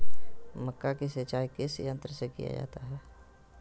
मक्का की सिंचाई किस यंत्र से किया जाता है?